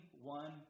one